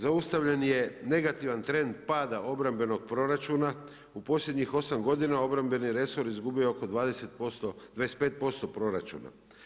Zaustavljen je negativan trend pada obrambenog proračuna, u posljednjih 8 godina obrambeni resor izgubio je oko 25% proračuna.